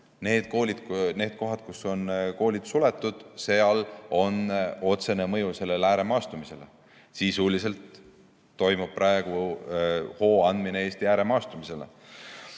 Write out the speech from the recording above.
Need kohad, kus koolid on suletud – seal on sel otsene mõju ääremaastumisele. Sisuliselt toimub praegu hoo andmine Eesti ääremaastumisele.